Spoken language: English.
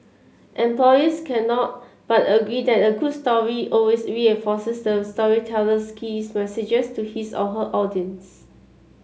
employers cannot but agree that a good story always reinforces the storyteller's key message to his or her audience